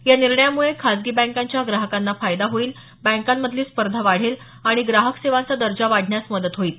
या निर्णयामुळे खासगी बँकांच्या ग्राहकांना फायदा होईल बँकांमधली स्पर्धा वाढेल आणि ग्राहक सेवांचा दर्जा वाढण्यास मदत होईल